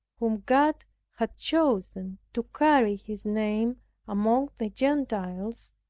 whom god had chosen to carry his name among the gentiles,